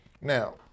Now